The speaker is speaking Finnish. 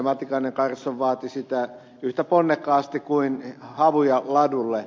matikainen kallström vaati sitä yhtä ponnekkaasti kuin havuja ladulle